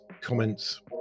comments